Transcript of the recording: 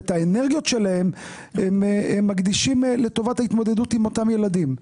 את האנרגיות שלהן מקדישים לטובת התמודדות עם אותם ילדים.